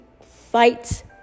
fight